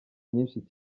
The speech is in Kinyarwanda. nyinshi